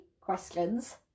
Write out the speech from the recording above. questions